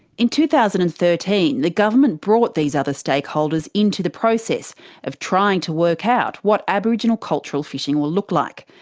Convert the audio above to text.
in two thousand and thirteen the government brought these other stakeholders into the process of trying to work out what aboriginal cultural fishing will look like.